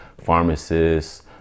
pharmacists